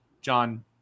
john